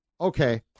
Okay